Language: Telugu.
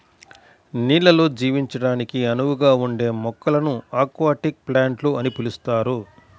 నీళ్ళల్లో జీవించడానికి అనువుగా ఉండే మొక్కలను అక్వాటిక్ ప్లాంట్స్ అని పిలుస్తారు